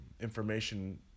information